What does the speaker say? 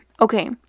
okay